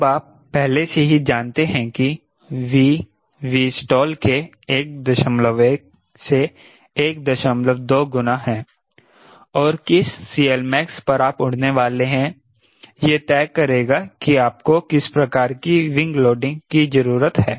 तब आप पहले से ही जानते हैं कि V Vstall के 11 से 12 गुना है और किस CLmax पर आप उड़ने वाले हैं यह तय करेगा कि आपको किस प्रकार की विंग लोडिंग की जरूरत है